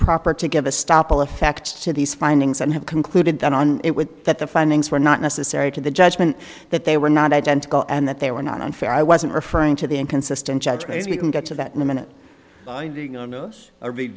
proper to give a stop all effects to these findings and have concluded that on it was that the findings were not necessary to the judgment that they were not identical and that they were not unfair i wasn't referring to the inconsistent judge maybe you can get to that in a minute